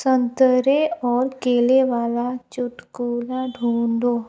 संतरे और केले वाला चुटकुला ढूँढो